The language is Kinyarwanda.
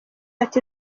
ati